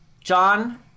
John